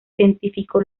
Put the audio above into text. científico